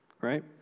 right